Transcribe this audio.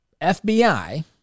FBI